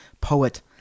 poet